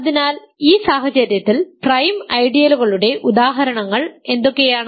അതിനാൽ ഈ സാഹചര്യത്തിൽ പ്രൈം ഐഡിയലുകളുടെ ഉദാഹരണങ്ങൾ എന്തൊക്കെയാണ്